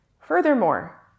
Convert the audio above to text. Furthermore